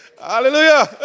Hallelujah